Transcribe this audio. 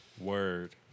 Word